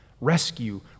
rescue